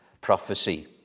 prophecy